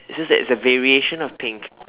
it's just that it's a variation of pink